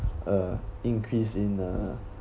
uh increase in uh